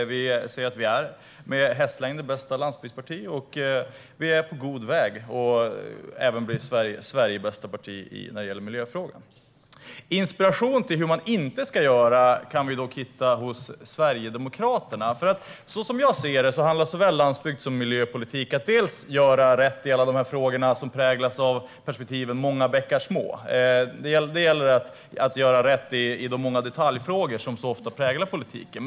Vi anser att vi är det med hästlängder bästa landsbygdspartiet, och vi är på god väg att bli Sverigebästa parti när det gäller miljöfrågan. Inspiration till hur man inte ska göra kan vi dock hitta hos Sverigedemokraterna. Så som jag ser det handlar såväl landsbygds som miljöpolitik om att bland annat göra rätt i alla frågor som präglas av perspektiven många bäckar små. Det gäller att göra rätt i de många detaljfrågor som så ofta präglar politiken.